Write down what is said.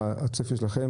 מה הצפי שלכם,